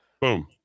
Boom